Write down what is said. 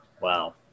Wow